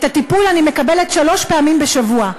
את הטיפול אני מקבלת שלוש פעמים בשבוע.